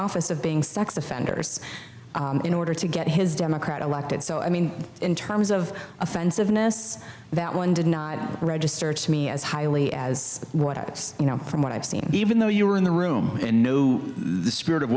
office of being sex offenders in order to get his democrat elected so i mean in terms of offensiveness that one didn't register to me as highly as you know from what i've seen even though you were in the room in the spirit of